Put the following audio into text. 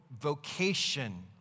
vocation